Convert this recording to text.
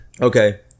Okay